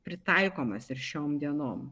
pritaikomas ir šiom dienom